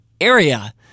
area